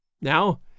Now